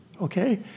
okay